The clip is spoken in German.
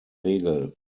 regel